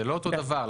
זה לא אותו הדבר.